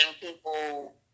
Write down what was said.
people